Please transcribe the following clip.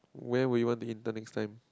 where will you want to intern next time